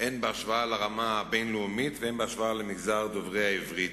הן בהשוואה לרמה הבין-לאומית והן בהשוואה למגזר דוברי העברית.